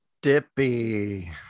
Dippy